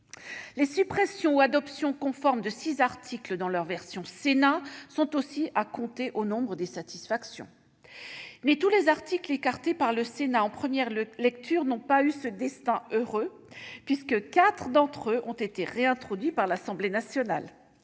Les suppressions ou adoptions conformes de six articles dans la version du Sénat sont aussi à compter au nombre de nos satisfactions, mais tous les articles écartés par le Sénat en première lecture n'ont pas connu ce destin, heureux selon nous, puisque quatre d'entre eux ont été réintroduits par l'Assemblée nationale.